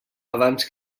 abans